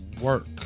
work